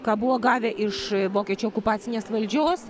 ką buvo gavę iš vokiečių okupacinės valdžios